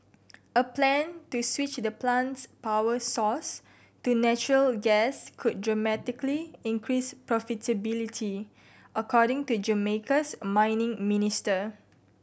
a plan to switch the plant's power source to natural gas could dramatically increase profitability according to Jamaica's mining minister